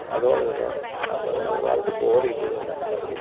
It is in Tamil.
அதோடு இது தான் அதில் தான் நம்ம வாழ்க்கை இப்போ ஓடிட்டுருக்குது அப்படி